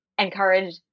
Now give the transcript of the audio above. encourage